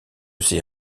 ses